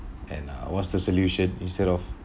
and uh what's the solution instead of